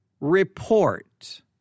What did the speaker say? report